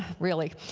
really.